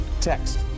text